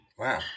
Wow